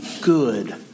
good